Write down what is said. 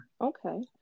Okay